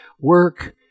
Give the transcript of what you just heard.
work